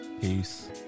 Peace